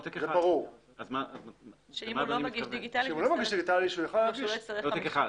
אם הוא לא מגיש דיגיטלי, שיוכל להגיש עותק אחד.